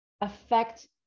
affect